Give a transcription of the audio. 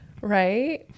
Right